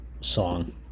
song